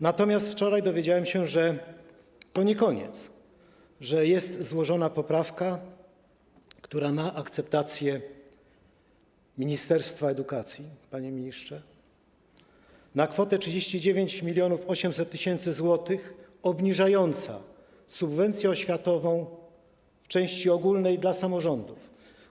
Natomiast wczoraj dowiedziałem się, że to nie koniec, że jest złożona poprawka, która ma akceptację ministerstwa edukacji, panie ministrze, o kwotę 39 800 tys. zł obniżająca część oświatową subwencji ogólnej dla samorządów.